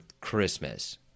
Christmas